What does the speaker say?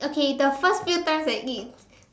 okay the first few times I eat